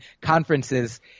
conferences